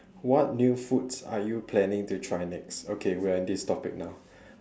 what new foods are you planning to try next okay we're in this topic now